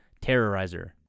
terrorizer